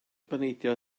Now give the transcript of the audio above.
gwpaneidiau